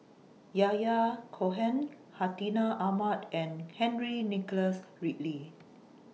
Yahya Cohen Hartinah Ahmad and Henry Nicholas Ridley